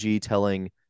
telling